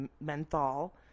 menthol